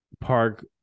Park